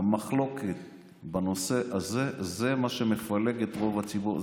המחלוקת בנושא הזה היא מה שמפלג את רוב הציבור.